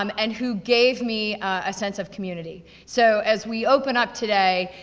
um and who gave me a sense of community. so, as we open up today,